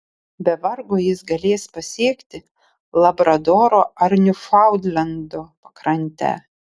be vargo jis galės pasiekti labradoro ar niufaundlendo pakrantę